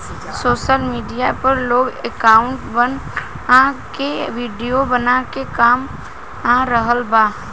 social media पर लोग account बना के आ विडिओ बना के कमा रहल बा